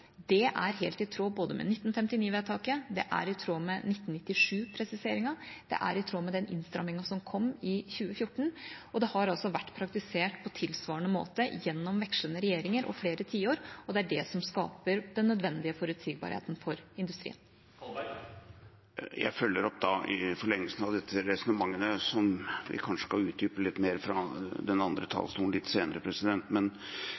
er helt i tråd med 1959-vedtaket, det er i tråd med 1997-presiseringen, det er i tråd med den innstrammingen som kom i 2014, og det har altså vært praktisert på tilsvarende måte gjennom vekslende regjeringer og flere tiår. Det er det som skaper den nødvendige forutsigbarheten for industrien. Jeg følger opp i forlengelsen av dette resonnementet, som vi kanskje kan utdype litt mer fra den andre